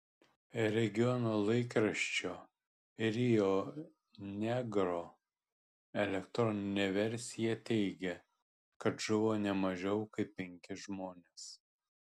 regiono laikraščio rio negro elektroninė versija teigia kad žuvo ne mažiau kaip penki žmonės